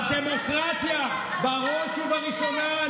את הדמוקרטיה בראש ובראשונה.